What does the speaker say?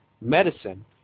medicine